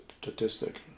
statistic